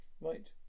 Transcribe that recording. Right